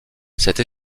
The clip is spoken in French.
cette